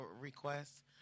requests